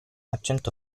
accento